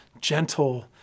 gentle